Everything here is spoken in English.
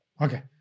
Okay